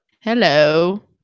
Hello